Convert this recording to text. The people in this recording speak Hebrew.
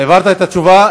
העברת את התשובה?